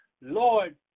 Lord